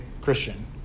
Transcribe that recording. Christian